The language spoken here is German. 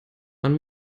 man